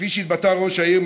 כפי שהתבטא ראש העיר,